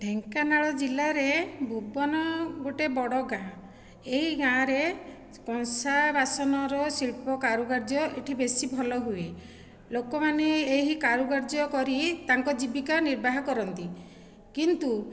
ଢେଙ୍କାନାଳ ଜିଲ୍ଲାରେ ଭୁବନ ଗୋଟିଏ ବଡ଼ ଗାଁ ଏହି ଗାଁରେ କଂସା ବାସନର ଶିଳ୍ପ କାରୁକାର୍ଯ୍ୟ ଏଇଠି ବେଶୀ ଭଲ ହୁଏ ଲୋକମାନେ ଏହି କାରୁକାର୍ଯ୍ୟ କରି ତାଙ୍କ ଜୀବିକା ନିର୍ବାହ କରନ୍ତି କିନ୍ତୁ